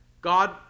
God